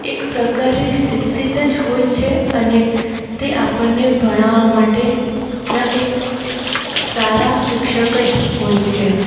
એક પ્રકારે શિક્ષિત જ હોય છે અને તે આપણને ભણાવા માટે ના એક સારા શિક્ષક જ હોય છે